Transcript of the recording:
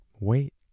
Wait